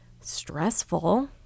stressful